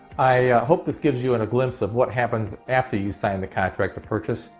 i hope this gives you and a glimpse of what happens after you sign the contract to purchase.